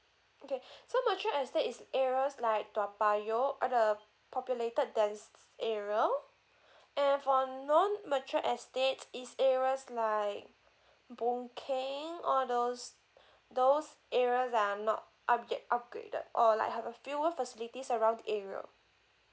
okay so mature estate is areas like toa payoh all the populated dense area and for a non mature estate is areas like boon keng all those those areas are not up~ yet upgraded or like have a fewer facilities around the area